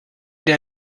der